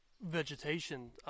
vegetation